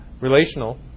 relational